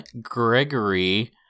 Gregory